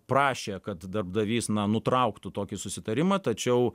prašė kad darbdavys na nutrauktų tokį susitarimą tačiau